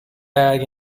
bag